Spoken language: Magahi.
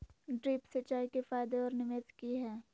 ड्रिप सिंचाई के फायदे और निवेस कि हैय?